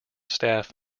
staff